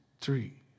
three